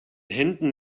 händen